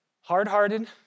Hard-hearted